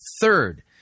Third